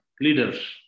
leaders